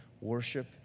Worship